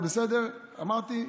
זה בסדר, אמרתי.